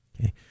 Okay